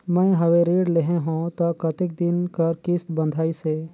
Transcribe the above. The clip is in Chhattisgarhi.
मैं हवे ऋण लेहे हों त कतेक दिन कर किस्त बंधाइस हे?